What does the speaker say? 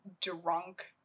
drunk